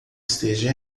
esteja